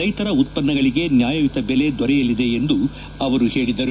ರೈತರ ಉತ್ಪನ್ನಗಳಿಗೆ ನ್ಯಾಯಯುತ ಬೆಲೆ ದೊರೆಯಲಿದೆ ಎಂದು ಹೇಳಿದರು